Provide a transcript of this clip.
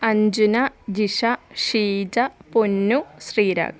അഞ്ചുന Jisha Sheeja Ponnu Sreerag